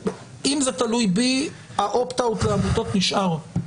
אם זה תלוי בי ה-opt out לעמותות נשאר.